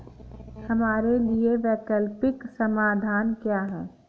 हमारे लिए वैकल्पिक समाधान क्या है?